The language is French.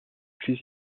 plus